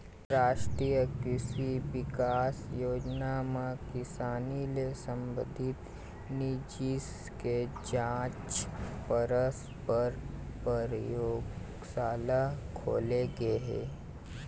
रास्टीय कृसि बिकास योजना म किसानी ले संबंधित जिनिस के जांच परख पर परयोगसाला खोले गे हे